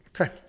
Okay